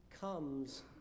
comes